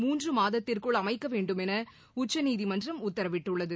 மூன்றுமாதத்திற்குள் அமைக்கவேண்டுமெனஉச்சநீதிமன்றம் உத்தரவிட்டுள்ளது